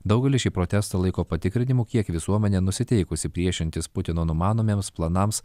daugelis šį protestą laiko patikrinimu kiek visuomenė nusiteikusi priešintis putino numanomiems planams